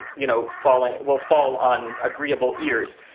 you know, fall and will fall on agreeable ears.